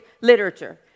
literature